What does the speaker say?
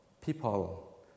people